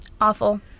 Awful